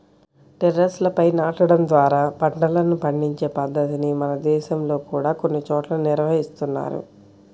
టెర్రస్లపై నాటడం ద్వారా పంటలను పండించే పద్ధతిని మన దేశంలో కూడా కొన్ని చోట్ల నిర్వహిస్తున్నారు